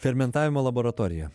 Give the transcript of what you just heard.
fermentavimo laboratoriją